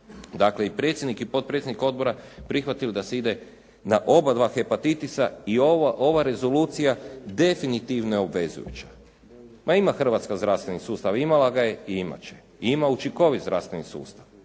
dakle i predsjednik i potpredsjednik odbora prihvatili da se ide na obadva hepatitisa i ova rezolucija definitivno je obvezujuća. Pa ima Hrvatska zdravstveni sustav, imala ga je i imat će. I ima učinkovit zdravstveni sustav.